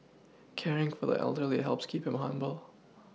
caring for the elderly helps keep him humble